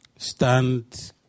stand